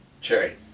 Cherry